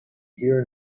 here